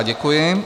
Děkuji.